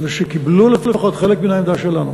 אבל שקיבלו לפחות חלק מן העמדה שלנו,